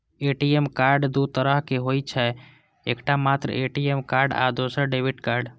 ATM card दू तरहक होइ छै, एकटा मात्र ए.टी.एम कार्ड आ दोसर डेबिट कार्ड